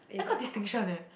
I got distinction eh